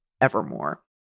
Evermore